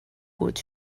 got